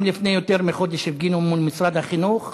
גם לפני יותר מחודש הם הפגינו מול משרד החינוך,